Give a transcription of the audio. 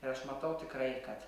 ir aš matau tikrai kad